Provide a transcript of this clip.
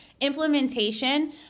implementation